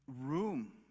room